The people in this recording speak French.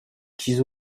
tizi